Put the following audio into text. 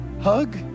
hug